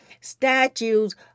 statues